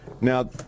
Now